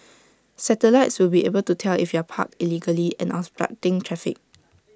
satellites will be able to tell if you're parked illegally and obstructing traffic